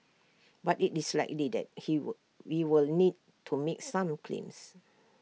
but IT is likely that he will we will need to make some claims